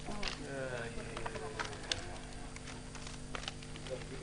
הישיבה ננעלה בשעה 12:54.